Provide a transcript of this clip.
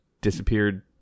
disappeared